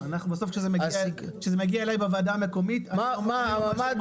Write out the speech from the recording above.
בסוף כשזה מגיע אליי לוועדה המקומית --- הממ"ד